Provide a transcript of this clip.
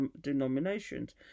denominations